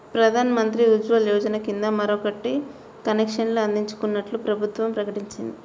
ప్రధాన్ మంత్రి ఉజ్వల యోజన కింద మరో కోటి కనెక్షన్లు అందించనున్నట్లు ప్రభుత్వం ప్రకటించింది